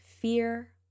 fear